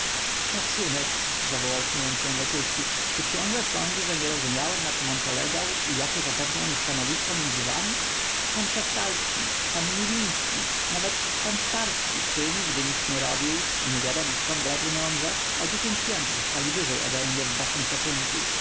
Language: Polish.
szacunek zawołał śmiejąc się wokulski czy książe sądzi że nie rozumiałem na czem on polegał i jakie zapewniał mi stanowisko między wami pan szastalski pan niwiński nawet pan starski który nigdy nic nie robił i niewiadomo zkąd brał pieniądze o dziesięć piętr stali wyżej odemnie w waszym szacunku